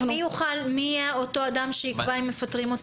מי אותו אדם שיקבע אם מפטרים או לא?